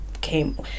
came